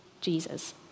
Jesus